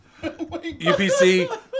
UPC